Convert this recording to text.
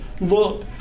look